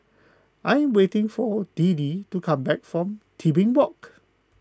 I am waiting for Deedee to come back from Tebing Walk